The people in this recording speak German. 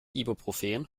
ibuprofen